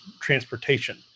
transportation